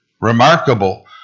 Remarkable